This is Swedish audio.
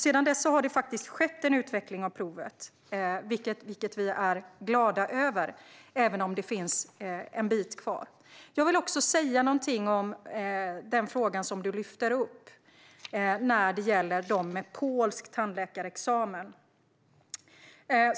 Sedan dess har det faktiskt skett en utveckling av provet, vilket vi är glada över, även om det är en bit kvar. Jag vill också säga någonting om frågan som du lyfter upp när det gäller dem som har en polsk tandläkarexamen.